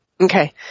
Okay